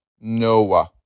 Noah